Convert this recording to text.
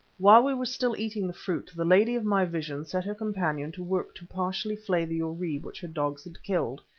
while we were still eating the fruit, the lady of my vision set her companion to work to partially flay the oribe which her dogs had killed,